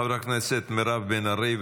חברת הכנסת מירב בן ארי,